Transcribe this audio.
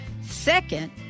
Second